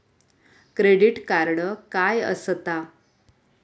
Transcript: Credit card काय असता?